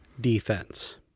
defense